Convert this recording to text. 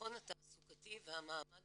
הביטחון התעסוקתי והמעמד